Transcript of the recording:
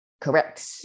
correct